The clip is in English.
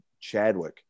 Chadwick